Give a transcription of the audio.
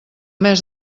mes